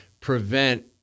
prevent